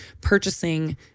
purchasing